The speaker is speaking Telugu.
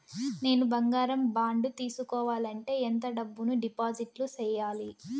నేను బంగారం బాండు తీసుకోవాలంటే ఎంత డబ్బును డిపాజిట్లు సేయాలి?